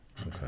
Okay